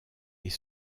est